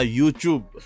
YouTube